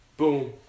Boom